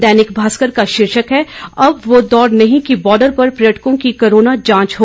दैनिक भास्कर का शीर्षक है अब वो दौर नहीं कि बार्डर पर पर्यटकों की कोरोना जांच हो